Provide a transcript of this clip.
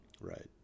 Right